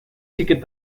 ticket